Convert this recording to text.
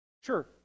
sure